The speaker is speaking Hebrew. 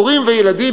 הורים וילדים,